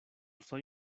soy